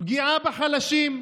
פגיעה בחלשים,